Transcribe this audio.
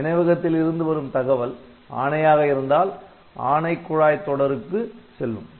நினைவகத்தில் இருந்து வரும் தகவல் ஆணையாக இருந்தால் ஆணை குழாய் தொடருக்கு செல்லும்